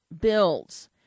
builds